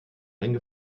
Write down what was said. einen